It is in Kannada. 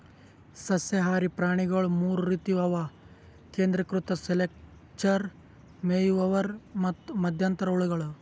ಸಸ್ಯಹಾರಿ ಪ್ರಾಣಿಗೊಳ್ ಮೂರ್ ರೀತಿವು ಅವು ಕೇಂದ್ರೀಕೃತ ಸೆಲೆಕ್ಟರ್, ಮೇಯುವವರು ಮತ್ತ್ ಮಧ್ಯಂತರ ಹುಳಗಳು